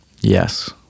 Yes